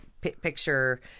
picture